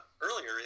earlier